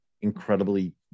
incredibly